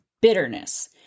bitterness